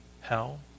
hell